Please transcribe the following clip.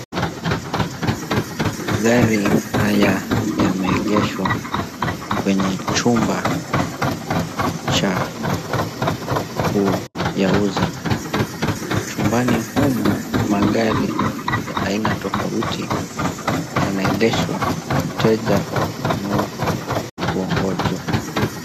Gari haya yameegeshwa kwenye chumba cha kuyauza. Chumbani humu magari ya aina tofauti yanaendeshwa na mteja wa kununua kuongojo.